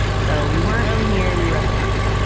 so, we weren't really here, we were at the park.